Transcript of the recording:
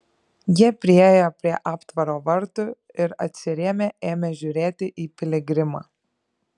jie priėjo prie aptvaro vartų ir atsirėmę ėmė žiūrėti į piligrimą